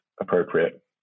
appropriate